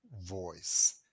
voice